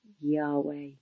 Yahweh